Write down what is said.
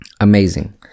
amazing